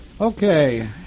Okay